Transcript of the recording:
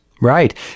Right